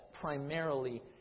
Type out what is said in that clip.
primarily